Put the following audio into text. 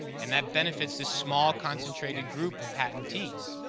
and that benefits the small concentrated group of patentees.